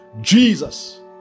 Jesus